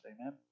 Amen